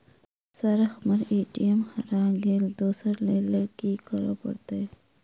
Sir हम्मर ATM हरा गइलए दोसर लईलैल की करऽ परतै?